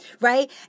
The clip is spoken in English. right